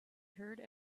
heard